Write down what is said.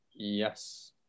Yes